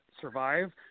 survive